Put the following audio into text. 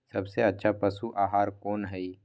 सबसे अच्छा पशु आहार कोन हई?